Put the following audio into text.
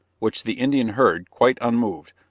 which the indian heard quite unmoved,